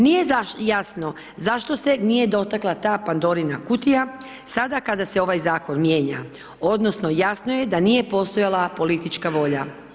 Nije jasno zašto se nije dotakla da Pandorina kutija, sada kada se ovaj zakon mijenja, odnosno jasno je da nije postojala politička volja.